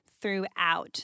throughout